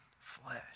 flesh